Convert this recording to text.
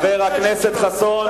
חבר הכנסת חסון,